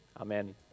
Amen